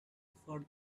for